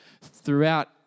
throughout